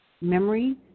Memory